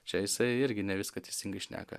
čia jisai irgi ne viską teisingai šneka